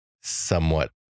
somewhat